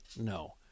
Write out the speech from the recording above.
No